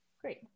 Great